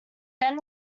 then